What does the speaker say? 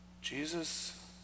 Jesus